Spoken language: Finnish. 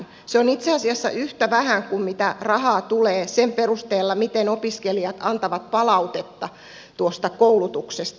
se on itse asiassa yhtä vähän kuin mitä rahaa tulee sen perusteella miten opiskelijat antavat palautetta tuosta koulutuksesta